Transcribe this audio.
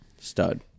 Stud